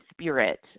spirit